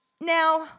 Now